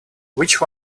which